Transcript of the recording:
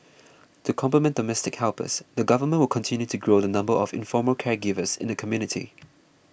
to complement domestic helpers the government will continue to grow the number of informal caregivers in the community